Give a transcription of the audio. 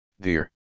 dear